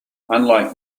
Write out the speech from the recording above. unlike